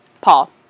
Paul